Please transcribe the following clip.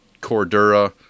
Cordura